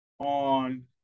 on